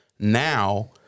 Now